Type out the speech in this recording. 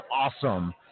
awesome